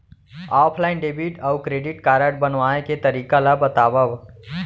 Offline debit अऊ credit card बनवाए के तरीका ल बतावव?